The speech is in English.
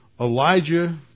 Elijah